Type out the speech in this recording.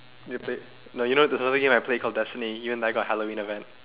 new play no you know there's another new game I played it's called destiny and even I got Halloween event